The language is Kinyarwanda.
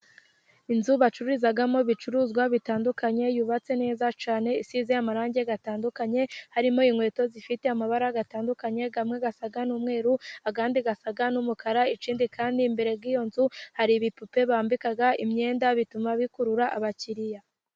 Inzu bacururizamo ibicuruzwa bitandukanye yubatse neza cyane, isize amarangi atandukanye, harimo inkweto zifite amabara atandukanye, amwe asa n'umweru, andi asa n'umukara, ikindi kandi imbere y'iyo nzu hari ibipupe bambika imyenda, bituma bikurura abakiriya.